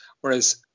whereas